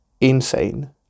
insane